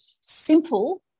simple